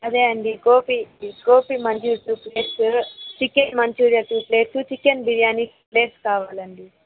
అదే అండి gobi gobi Manchuria two plates chicken Manchuria two plates chicken biryani two plates కావాలండి